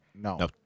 No